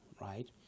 right